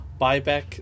buyback